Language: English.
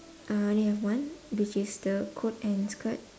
I only have one which is the coat and skirt